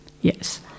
Yes